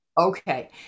Okay